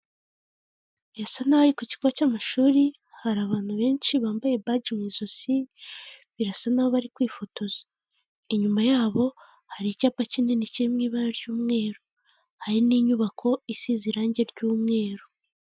Birasa naho ari ku kigo cy'amashuri hari abantu benshi bambaye baji mu izosi birasa naho bari kwifotoza, inyuma yabo hari icyapa kinini kiri mu ibara ry'umweru, hari n'inyubako isize irangi ry'umweru.